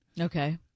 Okay